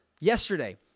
yesterday